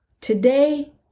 Today